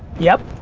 yep.